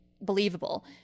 believable